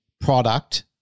product